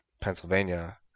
pennsylvania